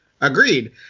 Agreed